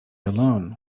alone